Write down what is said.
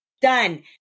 Done